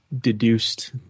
deduced